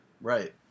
Right